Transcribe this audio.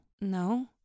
No